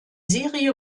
serie